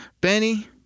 Benny